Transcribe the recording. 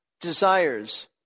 desires